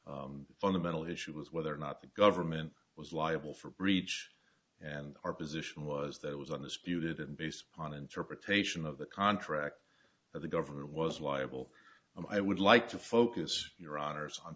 fundamental issue was whether or not the government was liable for breach and our position was that it was on the spewed and based on interpretation of the contract that the government was liable i would like to focus your honour's on